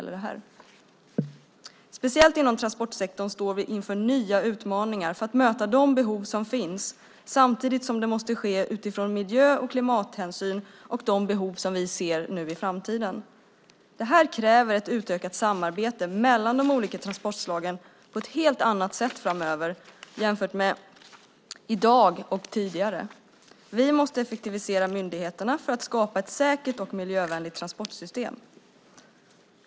Särskilt då det gäller transportsektorn står vi inför nya utmaningar för att kunna möta de behov som finns, samtidigt som det måste ske utifrån miljö och klimathänsyn, samt de behov vi ser i framtiden. Det kräver ett utökat samarbete mellan de olika transportslagen - på ett helt annat sätt än i dag och tidigare. Vi måste effektivisera myndigheterna för att skapa ett säkert och miljövänligt transportsystem.